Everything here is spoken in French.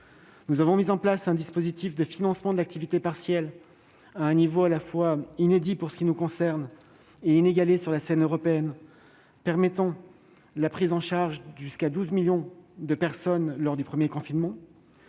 Nous avons mis en place un dispositif de financement de l'activité partielle à un niveau inédit pour ce qui nous concerne et inégalé sur la scène européenne. Ce faisant, nous avons pu prendre en charge jusqu'à 12 millions de personnes lors du premier confinement.